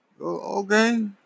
okay